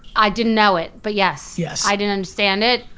i didn't know it, but yes. yes. i didn't understand it,